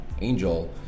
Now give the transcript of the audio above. Angel